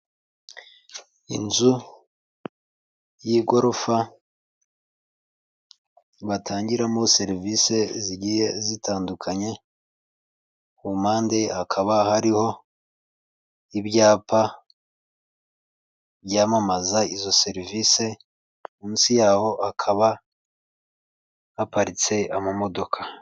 Inzu y'igorofa batangiramo serivisi zigiye zitandukanye, ku mpande hakaba hariho ibyapa byamamaza izo serivise, munsi yaho hakaba haparitse amamodoka.